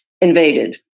invaded